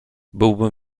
byłbym